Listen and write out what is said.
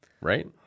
right